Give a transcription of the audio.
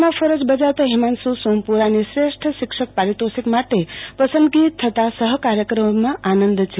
માં ફરજ બજાવતા હિમાંશુ સોમપુરાની શ્રેષ્ઠ શિક્ષક પરિતોષિક માટે પસંદગી થતાં સહ કાર્યકરોમાં આનંદ છે